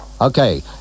Okay